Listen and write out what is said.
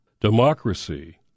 Democracy